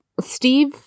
Steve